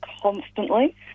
constantly